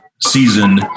season